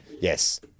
Yes